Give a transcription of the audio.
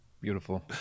Beautiful